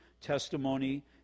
Testimony